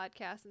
Podcasts